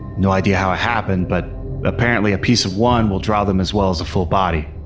no idea how it happened, but apparently a piece of one will draw them as well as a full body.